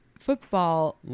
football